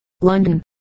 London